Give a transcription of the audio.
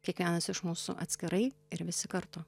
kiekvienas iš mūsų atskirai ir visi kartu